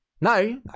no